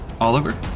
Oliver